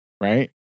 Right